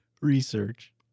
research